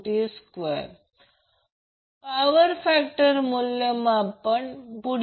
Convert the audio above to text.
42 milliampere होईल 60 किलोवॅटमध्ये आणि हे किलोवोल्टमध्ये असेल